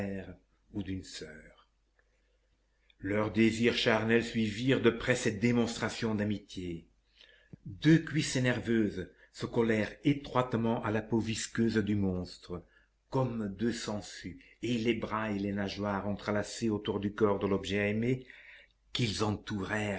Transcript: ou d'une soeur les désirs charnels suivirent de près cette démonstration d'amitié deux cuisses nerveuses se collèrent étroitement à la peau visqueuse du monstre comme deux sangsues et les bras et les nageoires entrelacés autour du corps de l'objet aimé qu'ils entourèrent